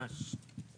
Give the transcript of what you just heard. ממש.